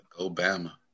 Obama